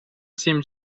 سین